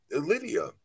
Lydia